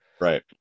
Right